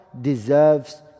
Deserves